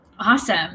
Awesome